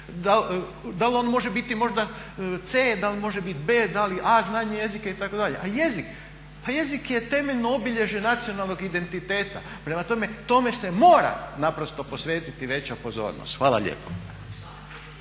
dal on može možda biti C dal može biti B, dal A znanje jezika itd. A jezik, pa jezik je temeljno obilježje nacionalnog identiteta. Prema tome tome se mora naprosto posvetiti veća pozornost. Hvala lijepo.